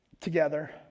together